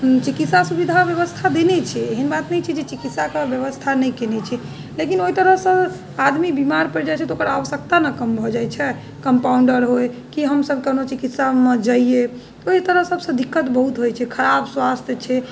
चिकित्सा सुविधा बेबस्था देने छै एहन बात नहि छै जे चिकित्साके बेबस्था नहि कएने छै लेकिन ओहि तरहसँ आदमी बीमार पड़ि जाइ छै तऽ ओकर आवश्यकता ने कम हो जाइ छै कम्पाउन्डर होइ की हमसब कोनो चिकित्सामे जइए ओहि तरह सबसँ दिक्कत बहुत होइ छै खराब स्वास्थ्य छै